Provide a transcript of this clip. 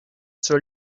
zur